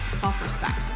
self-respect